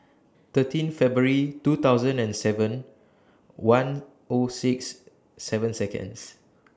thirteen February two thousand and seven one O six seven Seconds